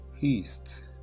east